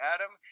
Adam